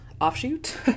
offshoot